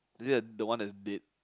is it the one that he did